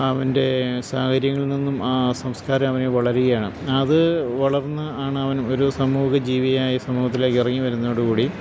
അവൻ്റെ സാഹചര്യങ്ങളിൽനിന്നും ആ സംസ്കാരം അവനില് വളരുകയാണ് അത് വളർന്നാണ് അവൻ ഒരു സമൂഹജീവിയായി സമൂഹത്തിലേക്ക് ഇറങ്ങിവരുന്നതോടുകൂടി